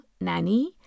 Nanny